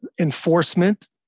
enforcement